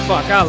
Fuck